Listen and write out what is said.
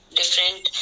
different